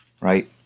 right